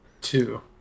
Two